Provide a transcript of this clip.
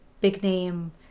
big-name